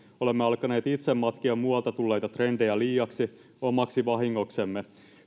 olemme alkaneet itse matkia muualta tulleita trendejä liiaksi omaksi vahingoksemme